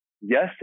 Yes